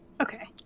Okay